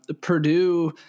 Purdue